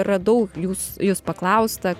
radau jūs jus paklausta